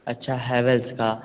अच्छा हेवेल्स का